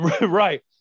Right